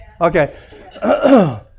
Okay